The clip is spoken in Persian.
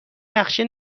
نقشه